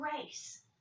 grace